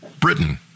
Britain